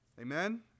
Amen